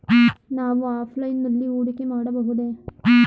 ನಾವು ಆಫ್ಲೈನ್ ನಲ್ಲಿ ಹೂಡಿಕೆ ಮಾಡಬಹುದೇ?